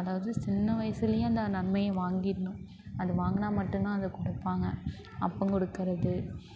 அதாவது சின்ன வயதுலயே அந்த நன்மையே வாங்கிடுணும் அது வாங்கினா மட்டுந்தான் அதை கொடுப்பாங்க அப்பம் கொடுக்குறது